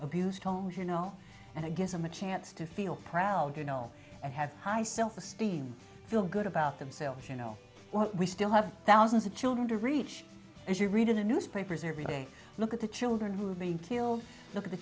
abusive homes you know and i give them a chance to feel proud you know and have high self esteem feel good about themselves you know we still have thousands of children to reach as you read in the newspapers every day look at the children who've been killed look at the